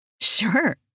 Sure